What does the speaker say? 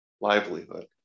livelihood